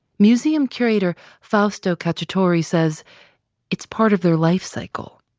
museum curator, fausto cacciatori, says it's part of their life cycle.